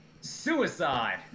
suicide